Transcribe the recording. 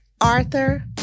Arthur